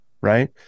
right